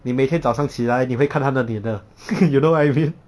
你每天早上起来你会看他的脸的 you know what I mean